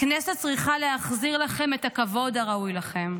הכנסת צריכה להחזיר לכם את הכבוד הראוי לכם.